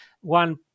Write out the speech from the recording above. one